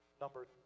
number